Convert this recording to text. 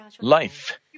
life